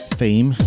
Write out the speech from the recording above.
theme